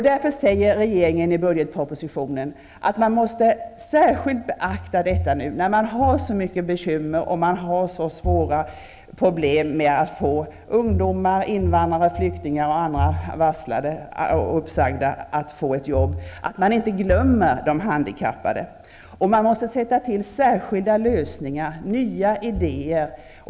Därför säger regeringen i budgetpropositionen att man särskilt måste beakta detta nu, när man har så mycket bekymmer och så svåra problem med att få ungdomar, invandrare, flyktingar och andra varslade och uppsagda att få ett jobb, så att man inte glömmer de handikappade. Man måste ta till särskilda lösningar, nya idéer.